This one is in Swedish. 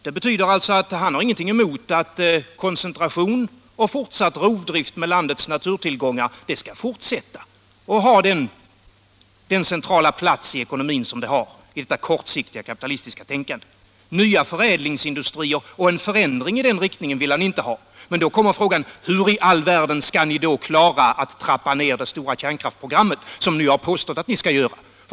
Han har alltså ingenting emot att koncentration och rovdrift på landets naturtillgångar skall fortsätta att ha den centrala plats i ekonomin som de har i detta kortsiktiga kapitalistiska tänkande. Någon förändring av inriktningen, några nya förädlingsindustrier vill herr Larsson inte ha. Då är frågan: Hur i all världen skall ni klara att trappa ned det stora kärnkraftsprogrammet, som ni har påstått att ni skall göra?